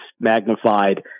magnified